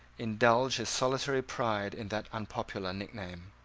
indulge his solitary pride in that unpopular nickname.